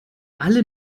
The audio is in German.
alle